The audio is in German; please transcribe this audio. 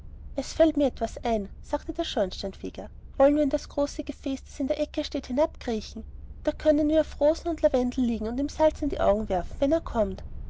es fällt mir etwas ein sagte der schornsteinfeger wollen wir in das große gefäß das in der ecke steht hinabkriechen da können wir auf rosen und lavendel liegen und ihm salz in die augen werfen wenn er kommt